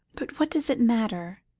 but what does it matter,